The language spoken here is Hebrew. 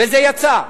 וזה יצא,